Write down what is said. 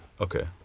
Okay